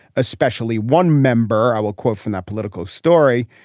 especially one member. i will quote from that political story.